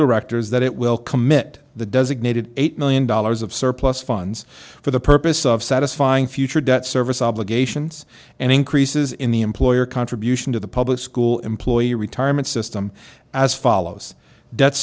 directors that it will commit the designated eight million dollars of surplus funds for the purpose of satisfying future debt service obligations and increases in the employer contribution to the public school employee retirement system as follows